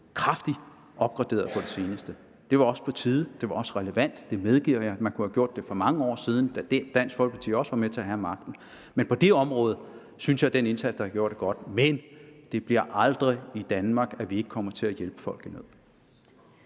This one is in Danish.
kraftigt opgraderet på det seneste. Det var på tide, det var også relevant, det medgiver jeg – man kunne have gjort det for mange år siden, da Dansk Folkeparti også var med til at have magten – og på det område synes jeg, at den indsats, der er gjort, er god. Men det bliver aldrig i Danmark, at vi ikke kommer til at hjælpe folk i nød.